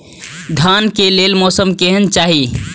धान के लेल मौसम केहन चाहि?